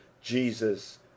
jesus